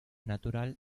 natural